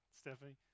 Stephanie